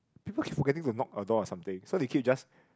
people keep forgetting to knock the door or something so they keep just